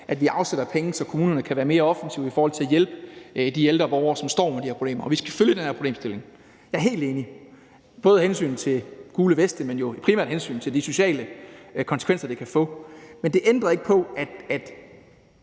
at vi afsætter penge, så kommunerne kan være mere offensive i forhold til at hjælpe de ældre borgere, som står med det her problem. Vi skal følge den her problemstilling. Jeg er helt enig. Det skal vi både af hensyn til sådan nogle som De Gule Veste, men jo primært af hensyn til de sociale konsekvenser, det kan få. Men det ændrer ikke på, at